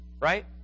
right